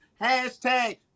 hashtag